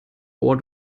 bor